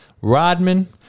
Rodman